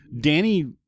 Danny